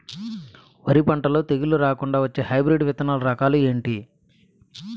వరి పంటలో తెగుళ్లు రాకుండ వచ్చే హైబ్రిడ్ విత్తనాలు రకాలు ఏంటి?